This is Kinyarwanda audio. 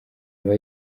aba